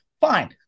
fine